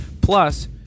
Plus